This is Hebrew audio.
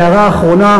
הערה אחרונה,